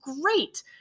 great